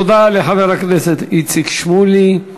תודה לחבר הכנסת איציק שמולי.